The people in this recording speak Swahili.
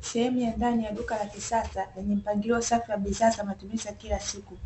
Sehemu ya ndani ya duka la kisasa, yenye mpangilio safi wa bidhaa za matumizi ya kila siku.